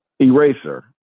eraser